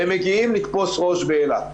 ומגיעים לתפוס ראש באילת.